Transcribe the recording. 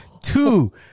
Two